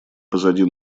позади